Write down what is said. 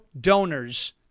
donors